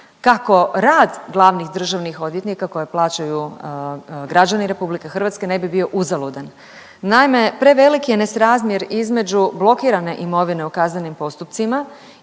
kako rad glavnih državnih odvjetnika koje plaćaju građani RH ne bi bio uzaludan. Naime, preveliki je nesrazmjer između blokirane imovine u kaznenim postupcima